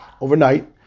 overnight